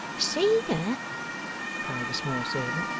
seen her cried the small servant.